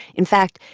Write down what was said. in fact,